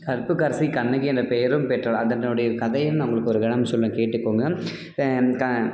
கற்புக்கரசி கண்ணகி என்ற பெயரும் பெற்றாள் அதனுடைய கதையை நான் உங்களுக்கு ஒரு கணம் சொல்கிறேன் கேட்டுக்கோங்க க